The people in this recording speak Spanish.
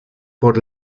por